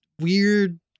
weird